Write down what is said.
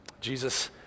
Jesus